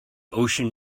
ocean